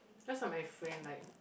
just like my friend like